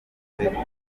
kugirango